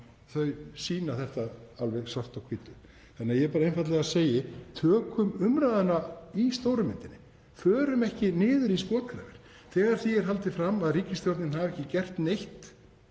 Þau sýna þetta alveg svart á hvítu. Þannig að ég einfaldlega segi: Tökum umræðuna í stóru myndinni, förum ekki niður í skotgrafir. Þegar því er haldið fram að ríkisstjórnin hafi ekki gert neitt